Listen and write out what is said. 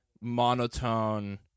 monotone